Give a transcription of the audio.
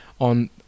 on